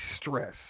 stress